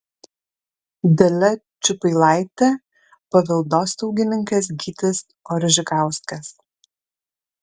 dalia čiupailaitė paveldosaugininkas gytis oržikauskas